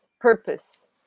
purpose